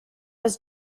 was